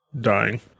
Dying